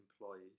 employees